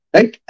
Right